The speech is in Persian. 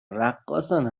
رقاصن